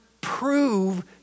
prove